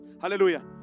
Hallelujah